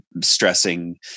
stressing